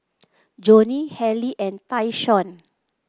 Jonnie Halle and Tayshaun